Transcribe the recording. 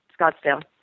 Scottsdale